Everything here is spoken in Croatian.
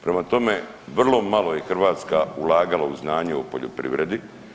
Prema tome, vrlo malo je Hrvatska ulagala u znanje o poljoprivredi.